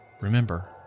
remember